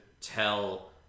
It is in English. tell